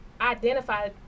identify